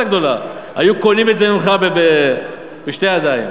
הגדולה היו קונים את זה ממך בשתי ידיים.